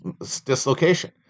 dislocation